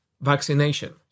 vaccination